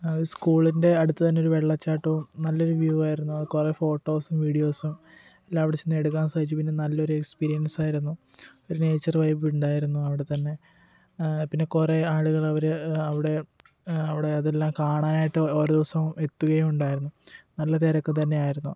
ഒരു സ്കൂളിൻ്റെ അടുത്തു തന്നെ ഒരു വെള്ളച്ചാട്ടവും നല്ലൊരു വ്യൂ ആയിരുന്നു കുറെ ഫോട്ടോസും വീഡിയോസും എല്ലാം അവിടെച്ചെന്ന് എടുക്കാൻ സാധിച്ചു പിന്നെ നല്ലൊരു എക്സ്പീരിയൻസായിരുന്നു ഒരു നേച്ചർ വൈബ് ഉണ്ടായിരുന്നു അവിടെ തന്നെ പിന്നെ കുറെ ആളുകൾ അവർ അവിടെ അവിടെ അതെല്ലാം കാണാനായിട്ട് ഓരോ ദിവസോം എത്തുകയും ഉണ്ടായിരുന്നു നല്ല തിരക്ക് തന്നെയായിരുന്നു